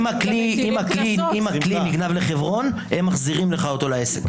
אם הכלי נגנב לחברון הם מחזירים לך אותו לעסק.